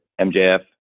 MJF